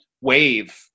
wave